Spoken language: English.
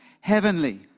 heavenly